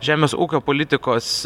žemės ūkio politikos